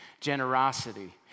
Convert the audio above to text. generosity